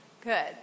Good